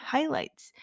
Highlights